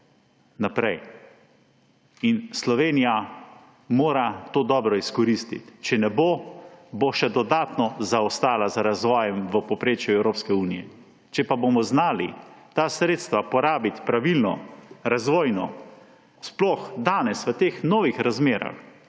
In Slovenija mora to dobro izkoristiti. Če ne bo, bo še dodatno zaostala za razvojem v povprečju Evropske unije. Če pa bomo znali ta sredstva porabiti pravilno, razvojno, sploh danes v teh novih razmerah,